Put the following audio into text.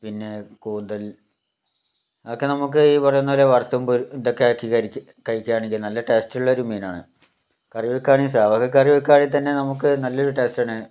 പിന്നെ കൂന്തൽ അതൊക്കെ നമുക്ക് ഈ പറയുന്ന പോലെ വറുത്തും പൊരി ഇതൊക്കെയാക്കി കരി കഴിക്കാണെങ്കിൽ നല്ല ടേസ്റ്റുള്ളൊരു മീനാണ് കറിവെക്കാന് സ്രാവ് കറിവെക്കാണെങ്കിൽ തന്നെ നമുക്ക് നല്ലൊരു ടേസ്റ്റാണ്